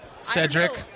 Cedric